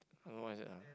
I don't know what is that ah